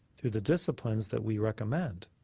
through the disciplines that we recommend.